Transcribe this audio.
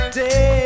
day